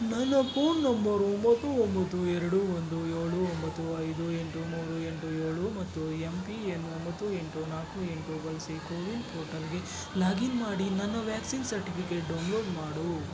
ನನ್ನ phone number ಒಂಬತ್ತು ಒಂಬತ್ತು ಎರಡು ಒಂದು ಏಳು ಒಂಬತ್ತು ಐದು ಎಂಟು ಮೂರು ಎಂಟು ಏಳು ಮತ್ತು ಎಂ ಪಿಎನ್ ಒಂಬತ್ತು ಎಂಟು ನಾಲ್ಕು ಎಂಟು ಬಳಸಿ ಕೋವಿನ್ ಪೋರ್ಟಲ್ಗೆ ಲಾಗಿನ್ ಮಾಡಿ ನನ್ನ ವ್ಯಾಕ್ಸಿನ್ ಸರ್ಟಿಫಿಕೇಟ್ ಡೌನ್ಲೋಡ್ ಮಾಡು